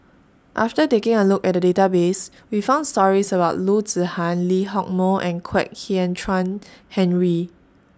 after taking A Look At The Database We found stories about Loo Zihan Lee Hock Moh and Kwek Hian Chuan Henry